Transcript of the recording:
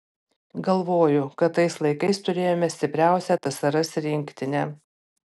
galvoju kad tais laikais turėjome stipriausią tsrs rinktinę